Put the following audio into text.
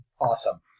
Awesome